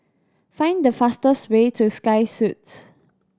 find the fastest way to Sky Suites